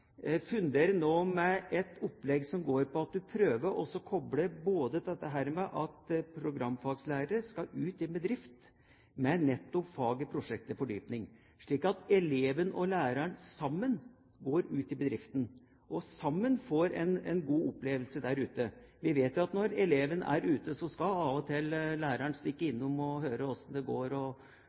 funderer nå på et opplegg som går ut på at du prøver å koble det at programfaglærere skal ut i en bedrift, med nettopp faget prosjekt til fordypning, slik at eleven og læreren sammen går ut i bedriften og sammen får en god opplevelse der ute. Vi vet jo at når eleven er ute, skal av og til læreren stikke innom og høre hvordan det går, og